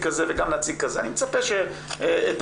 כזה וגם נציג כזה אני מצפה את המינימום,